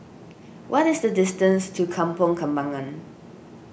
what is the distance to Kampong Kembangan